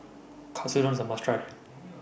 Katsudon IS A must Try